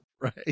Right